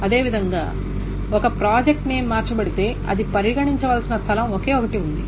అదేవిధంగా ఒక project name మార్చబడితే అది పరిగణించవలసిన స్థలం ఒకే ఒకటి ఉంది